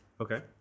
Okay